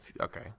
Okay